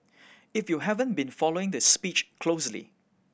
if you haven't been following the speech closely